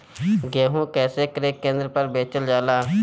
गेहू कैसे क्रय केन्द्र पर बेचल जाला?